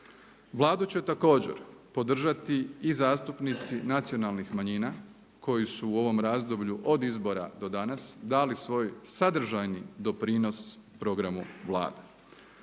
Vladu će također podržati i zastupnici Nacionalnih manjina koji su u ovom razdoblju od izbora do danas dali svoj sadržajni doprinos programu Vlade.